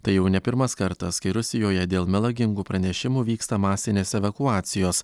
tai jau ne pirmas kartas kai rusijoje dėl melagingų pranešimų vyksta masinės evakuacijos